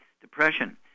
depression